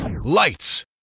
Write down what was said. Lights